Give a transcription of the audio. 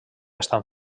estan